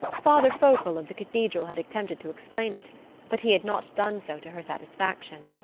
father fochel of the cathedral had attempted to explain it but he had not done so to her satisfaction.